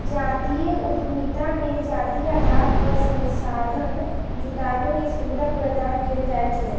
जातीय उद्यमिता मे जातीय आधार पर संसाधन जुटाबै के सुविधा प्रदान कैल जाइ छै